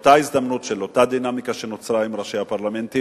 באותה הזדמנות של אותה דינמיקה שנוצרה עם ראשי הפרלמנטים,